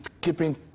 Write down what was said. keeping